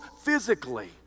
physically